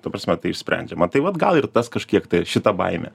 ta prasme tai išsprendžiama tai vat gal ir tas kažkiek tai šita baimė